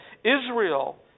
Israel